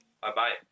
Bye-bye